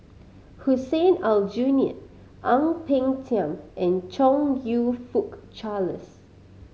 Hussein Aljunied Ang Peng Tiam and Chong You Fook Charles